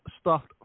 Stuffed